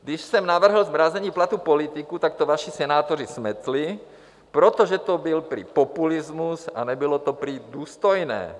Když jsem navrhl zmrazení platů politiků, tak to vaši senátoři smetli, protože to byl prý populismus a nebylo to prý důstojné.